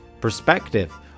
perspective